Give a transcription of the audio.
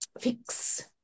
fix